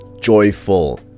joyful